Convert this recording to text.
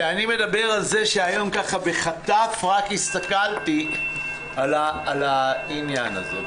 היום בחטף רק הסתכלתי על העניין הזה.